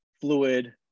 fluid